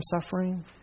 suffering